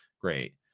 great